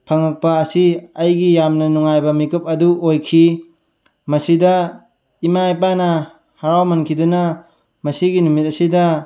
ꯐꯪꯉꯛꯄ ꯑꯁꯤ ꯑꯩꯒꯤ ꯌꯥꯝꯅ ꯅꯨꯡꯉꯥꯏꯕ ꯃꯤꯀꯨꯞ ꯑꯗꯨ ꯑꯣꯏꯈꯤ ꯃꯁꯤꯗ ꯏꯃꯥ ꯏꯄꯥꯅ ꯍꯔꯥꯎꯃꯟꯈꯤꯗꯨꯅ ꯃꯁꯤꯒꯤ ꯅꯨꯃꯤꯠ ꯑꯁꯤꯗ